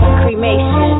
cremation